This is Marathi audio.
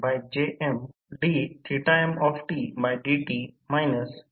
तर मला वाटणारी या ट्रान्सफॉर्मर साठी ही शेवटची समस्या आहे